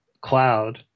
cloud